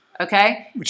okay